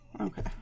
Okay